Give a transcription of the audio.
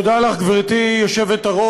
תודה לך, גברתי היושבת-ראש.